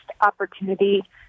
opportunity